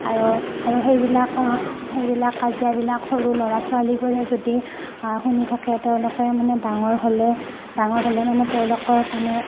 আৰু আৰু সেইবিলাকৰ সেইবিলাক কাজিয়াবিলাক সৰু ল'ৰা ছোৱালীবোৰে যদি শুনি থাকে তেওঁলোকে মানে ডাঙৰ হ'লে ডাঙৰ হ'লে মানে তেওঁলোকেও মানে